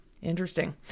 interesting